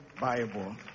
Bible